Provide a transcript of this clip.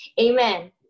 Amen